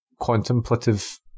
contemplative